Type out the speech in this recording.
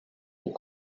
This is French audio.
aux